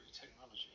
technology